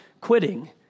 quitting